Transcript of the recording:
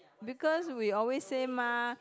because we always say mah